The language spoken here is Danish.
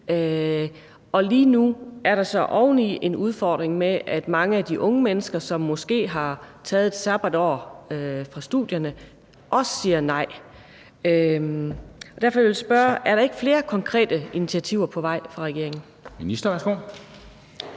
og lige nu er der så oveni en udfordring med, at mange af de unge mennesker, som måske har taget et sabbatår fra studierne, også siger nej. Derfor vil jeg spørge: Er der ikke flere konkrete initiativer på vej fra regeringen? Kl.